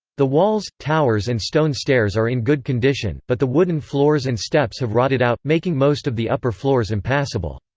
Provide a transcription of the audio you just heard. the walls, towers and stone stairs are in good condition, but the wooden floors and steps have rotted out, making most of the upper floors impassable.